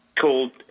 called –